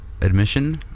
admission